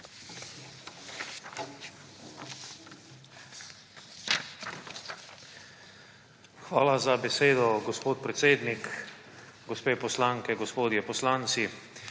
Hvala za besedo, gospod predsednik. Gospe poslanke, gospodje poslanci!